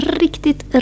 riktigt